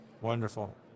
Wonderful